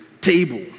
table